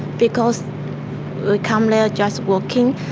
because we come there just working,